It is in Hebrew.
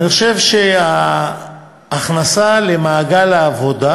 ואני חושב שההכנסה למעגל העבודה